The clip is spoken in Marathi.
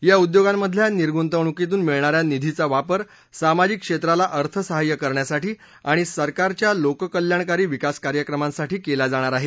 या उद्योगांमधल्या निर्गुतवणुकीतून मिळणाऱ्या निधीचा वापर सामाजिक क्षेत्राला अर्थसहाय्य करण्यासाठी आणि सरकारच्या लोककल्याणकारी विकास कार्यक्रमांसाठी केला जाणार आहे